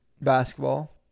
basketball